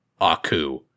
Aku